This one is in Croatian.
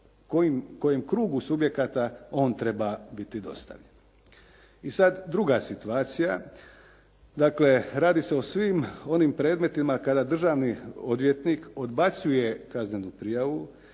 kojem krugu subjekata on treba biti dostavljen. I sada druga situacija. Dakle radi se o svim onim predmetima kada državni odvjetnik odbacuje kaznenu prijavu